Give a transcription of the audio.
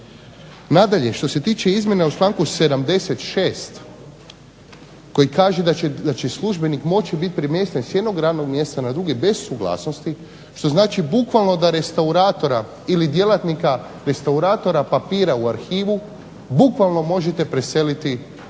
Nadalje, što se tiče izmjena u članku 76. koji kaže da će službenik moći biti premješten s jednog radnog mjesta na drugi bez suglasnosti što znači bukvalno da restauratora ili djelatnika restauratora papira u arhivu bukvalno možete preseliti u općinu